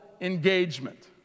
engagement